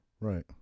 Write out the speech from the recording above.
Right